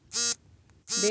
ಬೆಳೆ ಎಂದರೇನು?